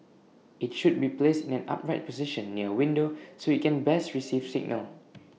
IT should be placed in an upright position near window so IT can best receive signal